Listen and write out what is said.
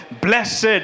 Blessed